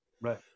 Right